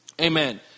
Amen